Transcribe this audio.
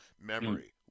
memory